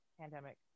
pandemic